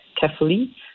carefully